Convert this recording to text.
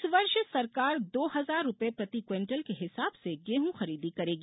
इस वर्ष सरकार दो हजार रूपये प्रति क्विंटल के हिसाब से गेहूं खरीदी करेगी